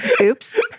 Oops